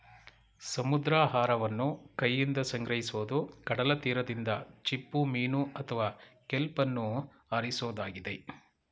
ಸಮುದ್ರಾಹಾರವನ್ನು ಕೈಯಿಂದ ಸಂಗ್ರಹಿಸೋದು ಕಡಲತೀರದಿಂದ ಚಿಪ್ಪುಮೀನು ಅಥವಾ ಕೆಲ್ಪನ್ನು ಆರಿಸೋದಾಗಿದೆ